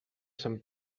sant